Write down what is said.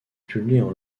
publient